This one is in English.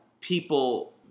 people